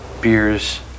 beers